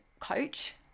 coach